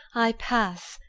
i pass,